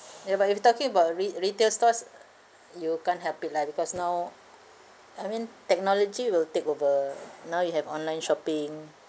ya but if you're talking about a re~ retail stores you can't help it lah because now I mean technology will take over now you have online shopping